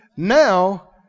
Now